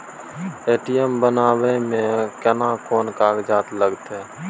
ATM बनाबै मे केना कोन कागजात लागतै?